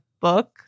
book